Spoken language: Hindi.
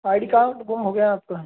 आईडी कार्ड गुम हो गया है आपका